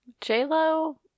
J-Lo